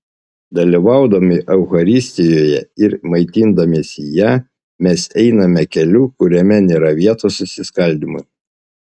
dalyvaudami eucharistijoje ir maitindamiesi ja mes einame keliu kuriame nėra vietos susiskaldymui